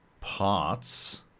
parts